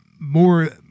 more